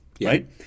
Right